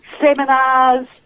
Seminars